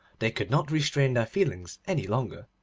they could not restrain their feelings any longer.